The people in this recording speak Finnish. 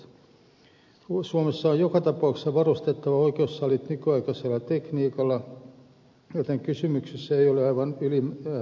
suomessa on joka tapauksessa varustettava oikeussalit nykyaikaisella tekniikalla joten kysymyksessä ei ole aivan ylimääräinen kustannus